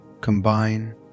combine